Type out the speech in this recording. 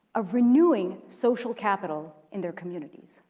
of renewing social capital in their communities.